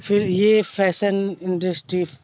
پھر یہ fashion industry